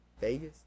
Vegas